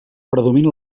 predomina